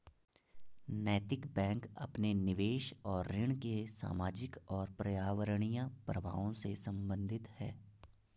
नैतिक बैंक अपने निवेश और ऋण के सामाजिक और पर्यावरणीय प्रभावों से संबंधित है